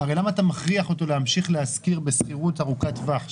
הרי למה אתה מכריח אותו להמשיך להשכיר בשכירות ארוכת טווח,